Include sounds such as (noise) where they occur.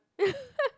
(laughs)